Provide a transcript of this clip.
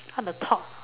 the talk